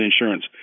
insurance